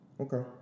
Okay